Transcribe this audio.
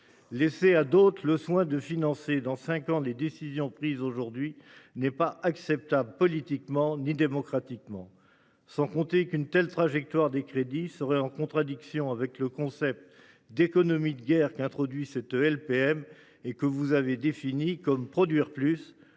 Laisser à d'autres le soin de financer dans 5 ans les décisions prises aujourd'hui n'est pas acceptable politiquement ni démocratiquement. Sans compter qu'une telle trajectoire des crédits seraient en contradiction avec le concept d'économie de guerre qui a introduit cette LPM et que vous avez définie comme produire plus